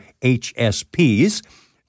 HSPs